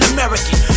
American